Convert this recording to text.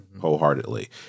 wholeheartedly